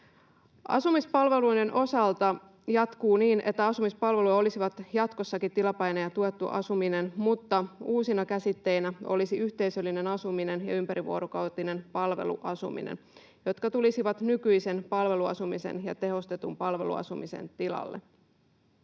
Asumispalveluiden osalta jatkuu niin, että asumispalveluja olisivat jatkossakin tilapäinen ja tuettu asuminen, mutta uusina käsitteinä olisivat yhteisöllinen asuminen ja ympärivuorokautinen palveluasuminen, jotka tulisivat nykyisen palveluasumisen ja tehostetun palveluasumisen tilalle.